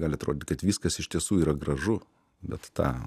gali atrodyt kad viskas iš tiesų yra gražu bet tą